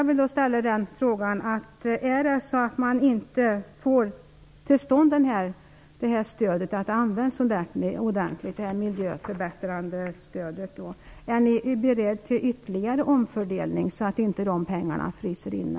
Om man inte får till stånd det här stödet och att det inte används ordentligt, är regeringen då beredd till ytterligare omfördelning, så att dessa pengar inte fryser inne?